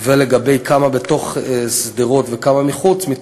7. לשאלה כמה בתוך עובדים בשדרות וכמה בחוץ,